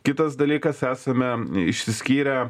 kitas dalykas esame išsiskyrę